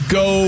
go